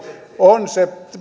on se